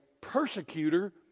persecutor